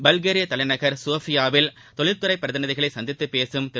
பல்கேரிய தலைநகர் சோபியாவில் தொழில்துறை பிரதிநிதிகளை சந்தித்து பேசும் திரு